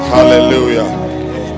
Hallelujah